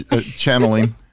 channeling